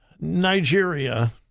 Nigeria